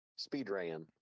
speedran